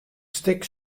stik